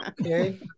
Okay